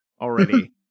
already